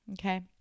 Okay